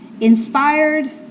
inspired